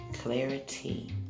Clarity